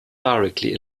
directly